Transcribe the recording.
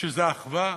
שזה אחווה,